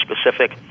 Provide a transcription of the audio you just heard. specific